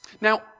Now